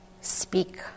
speak